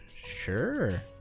sure